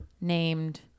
Named